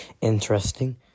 interesting